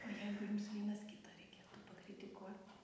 o jeigu jums vienas kitą reikėtų pakritikuot